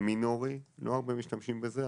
מינורי, לא הרבה משתמשים בזה.